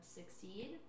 succeed